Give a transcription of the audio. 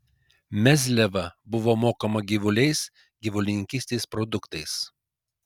mezliava buvo mokama gyvuliais gyvulininkystės produktais